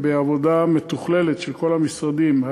בעבודה מתוכללת של כל המשרדים,